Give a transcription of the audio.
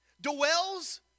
dwells